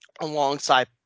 alongside